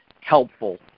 helpful